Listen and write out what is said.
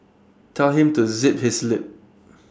tell him to zip his lip